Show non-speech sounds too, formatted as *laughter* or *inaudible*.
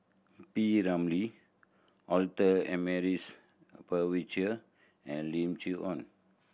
P Ramlee Arthur Ernest *unintelligible* and Lim Chee Onn